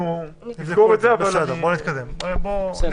נמשיך.